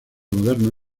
moderno